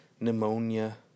pneumonia